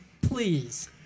please